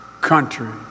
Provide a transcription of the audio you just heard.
Country